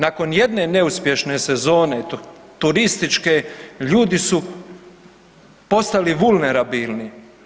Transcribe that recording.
Nakon jedne neuspješne sezone turističke ljudi su postali vulnerabilni.